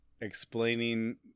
explaining